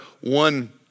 one